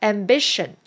Ambition